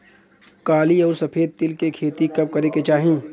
काली अउर सफेद तिल के खेती कब करे के चाही?